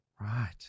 Right